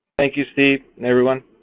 thank you, steve. and everyone.